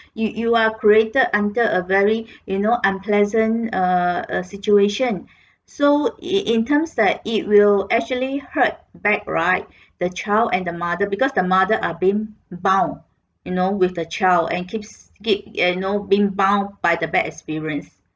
you you are created under a very you know unpleasant uh uh situation so in in terms that it will actually hurt back right the child and the mother because the mother are being bound you know with the child and keeps keep you know being bound by the bad experience